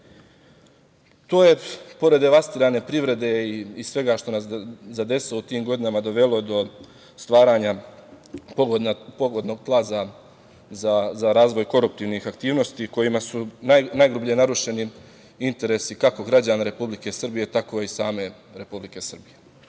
je pored devastirane privrede i svega što nas je zadesilo u tim godinama dovelo do stvaranja pogodnog tla za razvoj koruptivnih aktivnosti kojima su najgrublje narušeni interesi kako građana Republike Srbije, tako i same Republike Srbije. Mislim